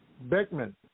Beckman